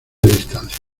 distancias